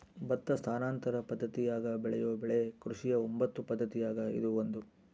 ಭತ್ತ ಸ್ಥಾನಾಂತರ ಪದ್ದತಿಯಾಗ ಬೆಳೆಯೋ ಬೆಳೆ ಕೃಷಿಯ ಒಂಬತ್ತು ಪದ್ದತಿಯಾಗ ಇದು ಒಂದು